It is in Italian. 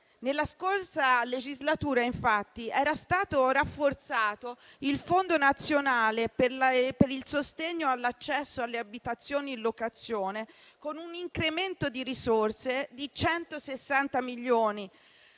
Nella scorsa legislatura infatti era stato rafforzato il Fondo nazionale per il sostegno all'accesso alle abitazioni in locazione, con un incremento di risorse di 160 milioni